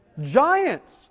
Giants